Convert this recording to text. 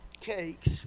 cakes